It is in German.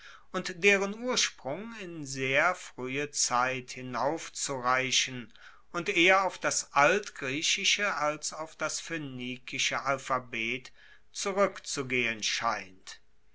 und deren ursprung in sehr fruehe zeit hinaufzureichen und eher auf das altgriechische als auf das phoenikische alphabet zurueckzugehen scheint